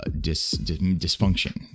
dysfunction